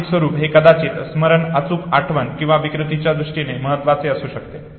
मानसिक स्वरूप हे कदाचित चांगले स्मरण अचूक आठवण किंवा विकृतीच्या दृष्टीने महत्त्वाचे असू शकते